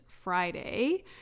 Friday